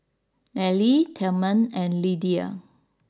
Ally Tilman and Lidia